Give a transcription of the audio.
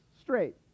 straight